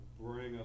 bring